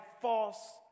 false